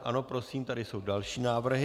Ano, prosím, tady jsou další návrhy.